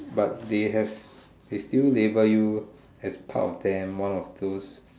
but they have they still label you as part of them one of those